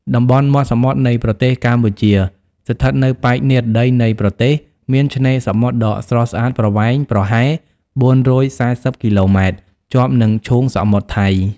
តំបន់មាត់សមុទ្រនៃប្រទេសកម្ពុជា ស្ថិតនៅប៉ែក និរតី នៃប្រទេស មានឆ្នេរសមុទ្រដ៏ស្រស់ស្អាតប្រវែងប្រហែល ៤៤០ គីឡូម៉ែត្រ ជាប់នឹងឈូងសមុទ្រថៃ។